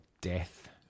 death